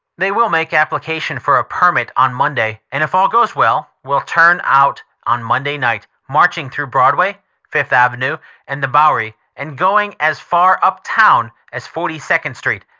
they will make application for a permit on monday, and if all goes well will turn out on monday night, marching through broadway, fifth avenue and the bowery and going as far uptown as forty-second street.